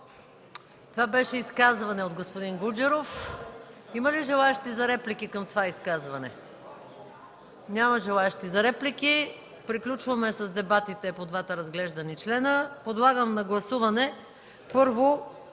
Това беше изказване от господин Гуджеров. Има ли желаещи за реплика към това изказване? Няма желаещи. Приключваме с дебатите по двата разглеждани члена. Подлагам на гласуване, първо,